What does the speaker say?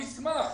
אני אשמח.